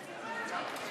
מי בעד ההסתייגות?